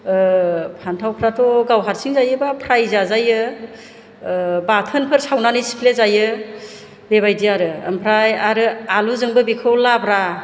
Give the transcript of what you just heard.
फान्थावफोराथ' गाव हारसिं जायोबा फ्राइ जाजायो बाथोनफोर सावनानै सिफ्लेजायो बेबायदि आरो ओमफ्राय आरो आलुजोंबो बेखौ लाब्रा